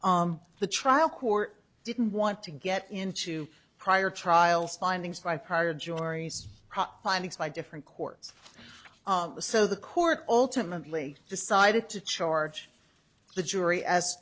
barcus the trial court didn't want to get into prior trials findings by prior juries findings by different courts so the court ultimately decided to charge the jury as